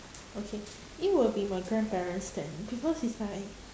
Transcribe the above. okay it will be my grandparents then because is like